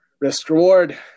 risk-reward